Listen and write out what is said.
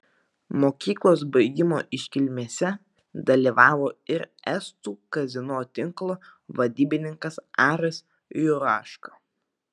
mokyklos baigimo iškilmėse dalyvavo ir estų kazino tinklo vadybininkas aras juraška